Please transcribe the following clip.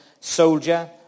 soldier